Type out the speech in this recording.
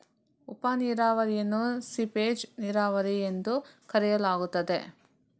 ಉಪ ನೀರಾವರಿಯನ್ನು ಸೀಪೇಜ್ ನೀರಾವರಿ ಎಂದೂ ಕರೆಯಲಾಗುತ್ತದೆ